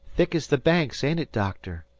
thick as the banks, ain't it, doctor?